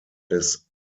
des